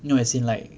no as in like